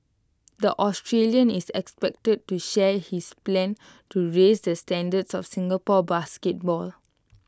the Australian is expected to share his plans to raise the standards of Singapore basketball